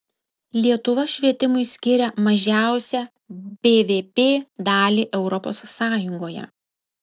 lietuva švietimui skiria mažiausią bvp dalį europos sąjungoje